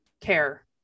care